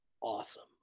awesome